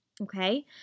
Okay